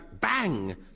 bang